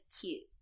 cute